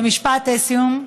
ומשפט סיום,